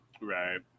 Right